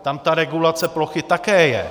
Tam ta regulace plochy také je.